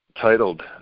titled